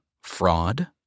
fraud